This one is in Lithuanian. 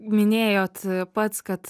minėjot pats kad